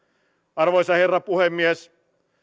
arvoisa herra puhemies